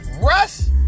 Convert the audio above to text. Russ